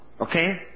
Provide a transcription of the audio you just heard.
Okay